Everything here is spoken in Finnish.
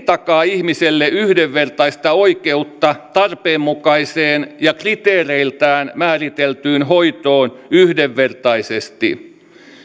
takaa ihmiselle yhdenvertaista oikeutta tarpeenmukaiseen ja kriteereiltään määriteltyyn hoitoon yhdenvertaisesti